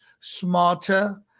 smarter